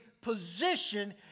position